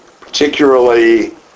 particularly